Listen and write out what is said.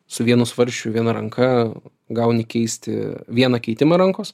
su vienu svarsčiu viena ranka gauni keisti vieną keitimą rankos